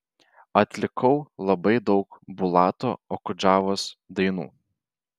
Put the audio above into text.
atlikau labai daug bulato okudžavos dainų